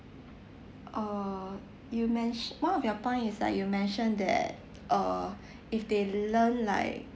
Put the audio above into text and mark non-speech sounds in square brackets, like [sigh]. err you mention one of your point is like you mentioned that err [breath] if they learn like